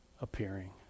appearing